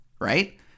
right